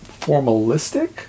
formalistic